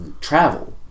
travel